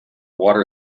water